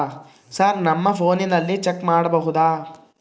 Sir ನಮ್ಮ ಫೋನಿನಲ್ಲಿ check ಮಾಡಬಹುದಾ?